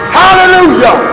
hallelujah